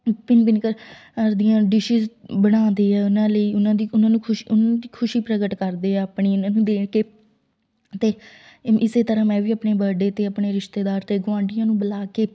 ਭਿੰਨ ਭਿੰਨ ਪ੍ਰਕਾਰ ਦੀਆਂ ਡਿਸ਼ੀਜ਼ ਬਣਾਉਂਦੇ ਆ ਉਨ੍ਹਾਂ ਲਈ ਉਹਨਾਂ ਦੀ ਉਨ੍ਹਾਂ ਨੂੰ ਉਨ੍ਹਾਂ ਦੀ ਖੁਸ਼ੀ ਪ੍ਰਗਟ ਕਰਦੇ ਆ ਆਪਣੀ ਦੇ ਕੇ ਅਤੇ ਇਸੇ ਤਰ੍ਹਾਂ ਮੈਂ ਵੀ ਆਪਣੀ ਬਰਡੇ 'ਤੇ ਆਪਣੇ ਰਿਸ਼ਤੇਦਾਰ ਅਤੇ ਗੁਆਂਢੀਆਂ ਨੂੰ ਬੁਲਾ ਕੇ